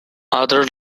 other